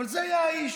אבל זה היה האיש,